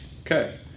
Okay